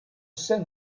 sein